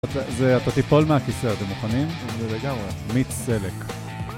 זה, אתה תיפול מהכיסא, אתם מוכנים? זה לגמרי. מיץ סלק.